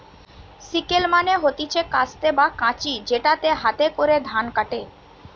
sickle মানে হতিছে কাস্তে বা কাঁচি যেটাতে হাতে করে ধান কাটে